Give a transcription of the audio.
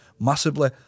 massively